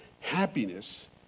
happiness